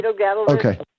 Okay